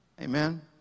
Amen